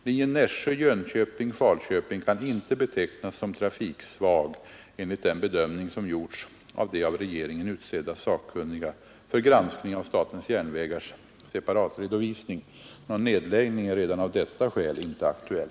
Linjen Nä —-Jönköping-—Falköping kan inte betecknas som trafiksvag enligt den bedömning som gjorts av de av regeringen utsedda sakkunniga för granskning av SJ:s separatredovisning. Någon nedläggning är redan av detta skäl inte aktuell.